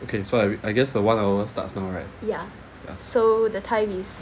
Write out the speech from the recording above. okay so I I guess the one hour start's from now right ya